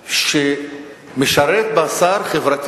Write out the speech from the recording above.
שעם חי באוויר,